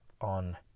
on